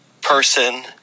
person